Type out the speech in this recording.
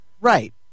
Right